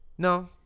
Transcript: No